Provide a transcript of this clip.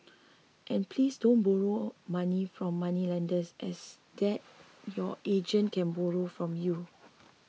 and please don't borrow money from moneylenders as there your agent can borrow from you